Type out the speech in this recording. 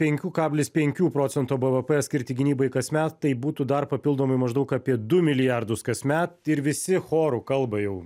penkių kablis penkių procento bvp skirti gynybai kasmet tai būtų dar papildomai maždaug apie du milijardus kasmet ir visi choru kalba jau